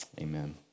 Amen